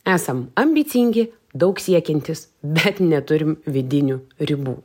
esam ambicingi daug siekiantys bet neturim vidinių ribų